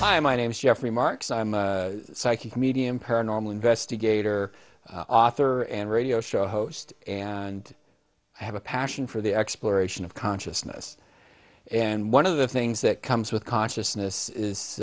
hi my name is geoffrey marx i'm a psychic medium paranormal investigator author and radio show host and i have a passion for the exploration of consciousness and one of the things that comes with consciousness is